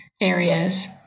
areas